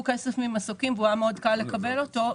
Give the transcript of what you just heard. כסף ממסוקים שהיה מאוד קל לקבל אותו,